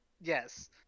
Yes